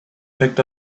picked